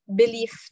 belief